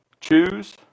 Choose